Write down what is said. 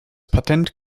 patent